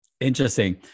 Interesting